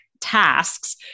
tasks